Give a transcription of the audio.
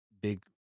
big